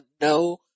no